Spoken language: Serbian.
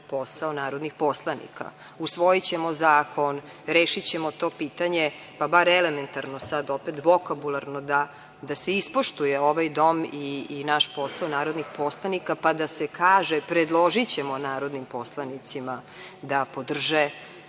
posao narodnih poslanika. Usvojićemo zakon, rešićemo to pitanje, pa bar elementarno sad, vokabularno da se ispoštuje ovaj dom i naš posao narodnih poslanika, pa da se kaže – predložićemo narodnim poslanicima da podrže